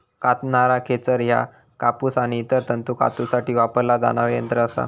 कातणारा खेचर ह्या कापूस आणि इतर तंतू कातूसाठी वापरला जाणारा यंत्र असा